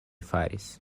faris